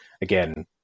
again